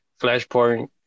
Flashpoint